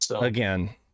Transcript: again